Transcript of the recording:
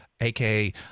aka